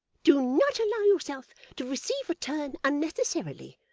do not allow yourself to receive a turn unnecessarily.